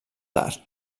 tard